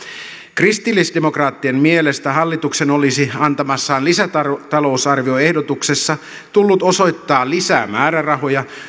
kristillisdemokraattien mielestä hallituksen olisi antamassaan lisätalousarvioehdotuksessa tullut osoittaa lisää määrärahoja